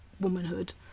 womanhood